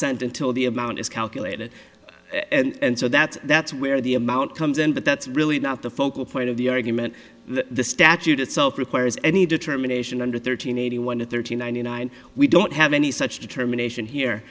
until the amount is calculated and so that's that's where the amount comes in but that's really not the focal point of the argument that the statute itself requires any determination under thirteen eighty one and thirteen ninety nine we don't have any such determination here